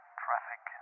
traffic